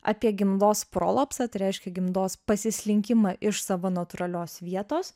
apie gimdos prolapsą tai reiškia gimdos pasislinkimą iš savo natūralios vietos